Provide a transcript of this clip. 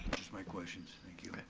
my questions, thank you.